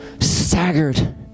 staggered